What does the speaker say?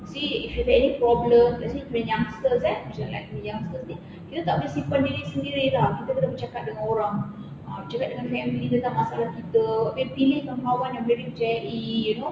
see if you have any problems let's say you youngsters eh macam like when youngsters eh kita tak boleh simpan diri sendiri lah kita kena bercakap dengan orang ah bercakap dengan family tentang masalah kita abeh pilih kawan-kawan yang very menjayai you know